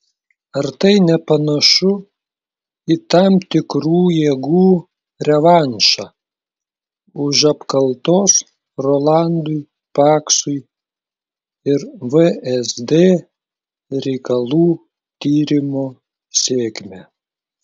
ar tai nepanašu į tam tikrų jėgų revanšą už apkaltos rolandui paksui ir vsd reikalų tyrimo sėkmę